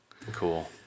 Cool